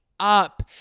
Up